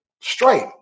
straight